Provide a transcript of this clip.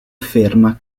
afferma